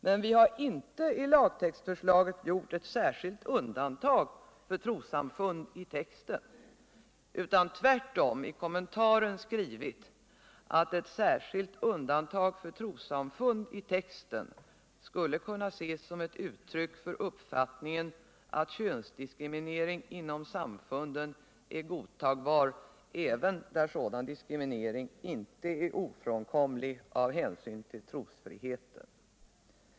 Men vi har inte i lagtextförslaget gjort eu särskilt undantag för trossamfund, utan vi har tvärtom i kommentaren skrivit att ett sådant undantag för trossamfund i texten skulle kunna ses som ett uttryck för uppfattningen att könsdiskriminering inom samfunden är godtagbar, även där sådan diskriminering inte är ofrånkomlig av hänsyn till trosfriheten.